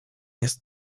jest